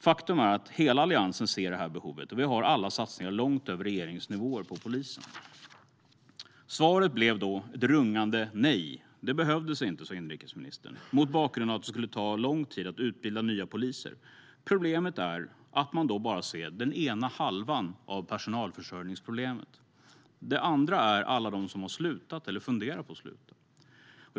Faktum är att hela Alliansen ser detta behov, och vi har alla satsningar på polisen långt över regeringens nivåer. Svaret på min fråga blev ett rungande nej. Det behövdes inte, sa inrikesministern, mot bakgrund av att det skulle ta lång tid att utbilda nya poliser. Problemet är att man då bara ser den ena halvan av personalförsörjningsproblemet. Den andra halvan är alla som har slutat eller funderar på att sluta.